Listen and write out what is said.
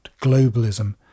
globalism